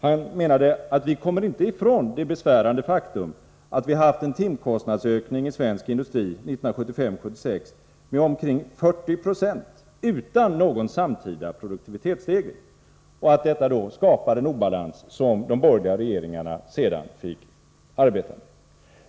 Han menade att vi inte kommer ifrån det besvärande faktum att vi hade haft en timkostnadsökning i svensk industri 1975-1976 med omkring 40 90 utan någon samtida produktivitetsstegring och att detta skapat en obalans, som de borgerliga regeringarna sedan fick arbeta med.